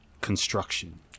construction